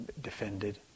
defended